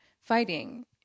fighting